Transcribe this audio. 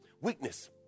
Weakness